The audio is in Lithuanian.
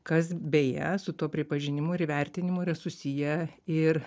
kas beje su tuo pripažinimu ir įvertinimu yra susiję ir